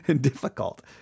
difficult